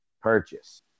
purchase